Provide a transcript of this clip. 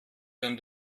dem